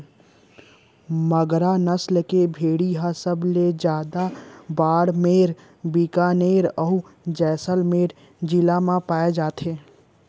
मगरा नसल के भेड़ी ह सबले जादा बाड़मेर, बिकानेर, अउ जैसलमेर जिला म पाए जाथे